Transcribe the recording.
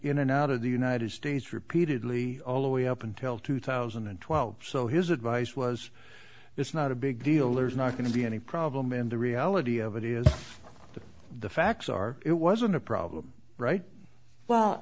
in and out of the united staes repeatedly all the way up until two thousand and twelve so his advice was it's not a big deal there's not going to be any problem and the reality of it is that the facts are it wasn't a problem right well